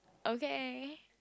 okay